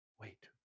wait